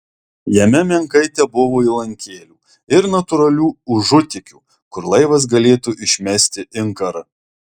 jame menkai tebuvo įlankėlių ir natūralių užutėkių kur laivas galėtų išmesti inkarą